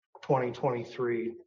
2023